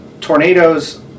tornadoes